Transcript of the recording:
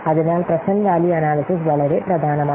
അതിനാൽ present value analysis വളരെ പ്രധാനമാണ്